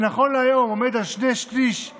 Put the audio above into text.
שנכון להיום הוא שני שלישים